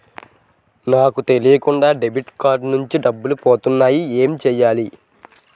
నాకు తెలియకుండా debit card నుంచి డబ్బులు పోతున్నాయి ఎం చెయ్యాలి?